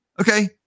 okay